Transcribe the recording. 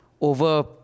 Over